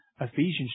Ephesians